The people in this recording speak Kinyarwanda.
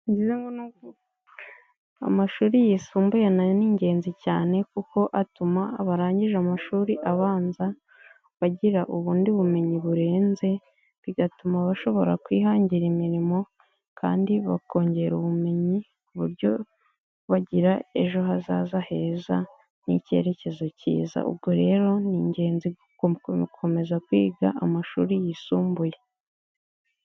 Amashuri yisumbuye na yo ni ingenzi cyane kuko atuma abarangije amashuri abanza bagira ubundi bumenyi burenze, bigatuma bashobora kwihangira imirimo kandi bakongera ubumenyi ku buryo bagira ejo hazaza heza n'ikerekezo kiza. Ubwo rero ni ingenzi gukomeza kwiga amashuri yisumbuye.